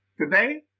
Today